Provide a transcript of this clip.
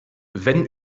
wenn